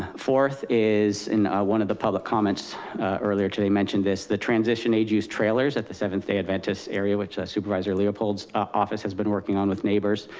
fourth is, and one of the public comments earlier today mentioned this, the transition age use trailers at the seventh day adventist's area, which supervisor leopold's office has been working on with neighbors.